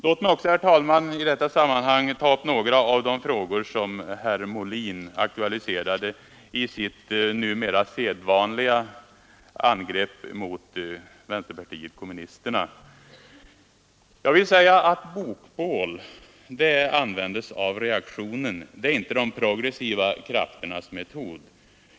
Låt mig också, herr talman, i detta sammanhang ta upp några av de frågor som herr Molin aktualiserade i sitt numera sedvanliga angrepp mot vänsterpartiet kommunisterna. Bokbål används av reaktionen, det är inte de progressiva krafternas metod.